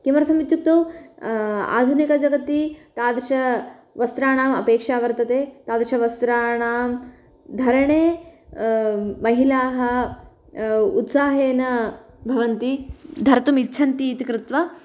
किमर्थमित्युक्तौ आधुनिकजगति तादृशवस्त्राणाम् अपेक्षा वर्तते तादृशवस्त्राणां धरणे महिलाः उत्साहेन भवन्ति धर्तुमिच्छन्तीति कृत्वा